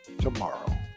tomorrow